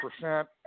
percent